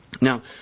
Now